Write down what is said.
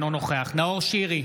אינו נוכח נאור שירי,